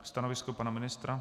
Stanovisko pana ministra?